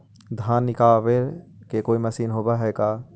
धान निकालबे के कोई मशीन होब है का?